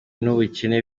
n’ubukene